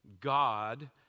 God